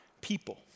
People